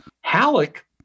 Halleck